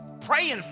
praying